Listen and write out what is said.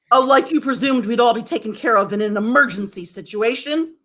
ah like you presumed, we'd all be taken care of in an emergency situation?